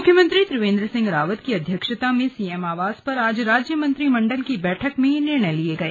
मुख्यमंत्री त्रिवेंद्र सिंह रावत की अध्यक्षता में सीएम आवास पर आज राज्य मंत्रिमंडल की बैठक में ये निर्णय लिए गए